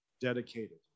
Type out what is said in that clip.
dedicated